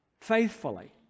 faithfully